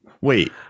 wait